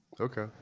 Okay